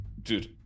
Dude